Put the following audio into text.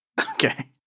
Okay